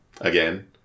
Again